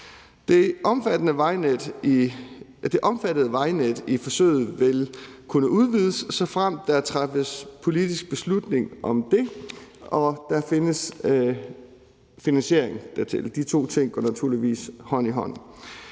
Det omfattede vejnet i forsøget vil kunne udvides, såfremt der træffes politisk beslutning om det og der findes finansiering dertil. De to ting går naturligvis hånd i hånd.